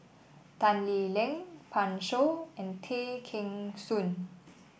Tan Lee Leng Pan Shou and Tay Kheng Soon